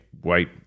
white